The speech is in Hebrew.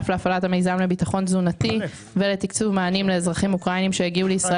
להפעלת המיזם לביטחון תזונתי ולתקצוב מענים לאזרחים אוקראינים שהגיעו לישראל